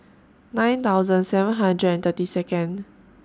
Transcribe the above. nine thousand seven hundred and thirty Second